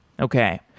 Okay